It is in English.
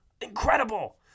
incredible